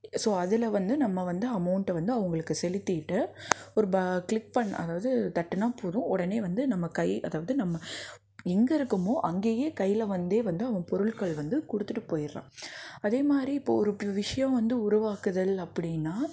so அதில் வந்து நம்ம வந்து அமௌண்ட்டை வந்து அவங்களுக்கு செலுத்திட்டு ஒரு ப க்ளிக் பண்ணால் அதாவது தட்டுனால் போதும் உடனே வந்து நம்ம கை அதாவது நம்ம எங்கே இருக்கமோ அங்கேயே கையில வந்தே வந்து அவன் பொருட்கள் வந்து கொடுத்து போயிடுறான் அதேமாதிரி இப்போ ஒரு விஷயம் வந்து உருவாக்குதல் அப்படின்னா